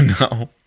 no